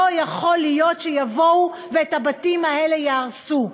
לא יכול להיות שיבואו ואת הבתים האלה יהרסו.